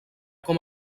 com